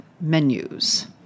menus